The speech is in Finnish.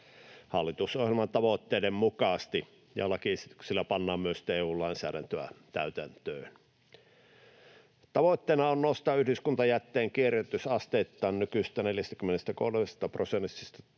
hallitusohjelman tavoitteiden mukaisesti. Lakiesityksellä pannaan myös EU-lainsäädäntöä täytäntöön. Tavoitteena on nostaa yhdyskuntajätteen kierrätys asteittain nykyisestä 43 prosentista